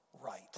right